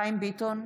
חיים ביטון,